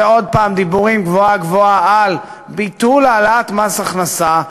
זה עוד פעם דיבורים גבוהה-גבוהה על ביטול העלאת מס הכנסה,